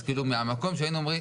אז מהמקום שהיינו אומרים,